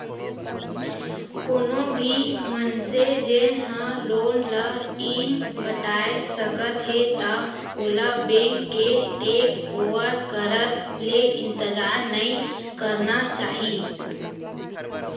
कोनो भी मनसे जेन ह लोन ल नइ पटाए सकत हे त ओला बेंक के टेक ओवर करत ले इंतजार नइ करना चाही